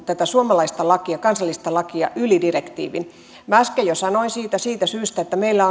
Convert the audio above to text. tätä suomalaista lakia kansallista lakia yli direktiivin minä äsken jo sanoin siitä siitä syystä että meillä